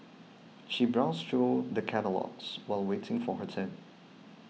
she browsed through the catalogues while waiting for her turn